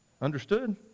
Understood